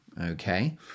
Okay